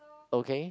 okay